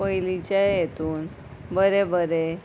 पयलींच्या हेतून बरे बरे